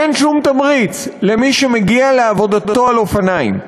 אין שום תמריץ למי שמגיע לעבודתו על אופניים.